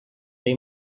they